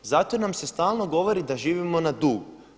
Zato jel nam se stalno govori da živimo na dug.